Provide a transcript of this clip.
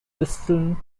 disteln